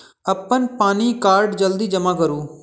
अप्पन पानि कार्ड जल्दी जमा करू?